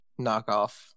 knockoff